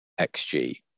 XG